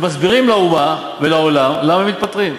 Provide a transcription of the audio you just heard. ומסבירים לאומה ולעולם למה הם מתפטרים.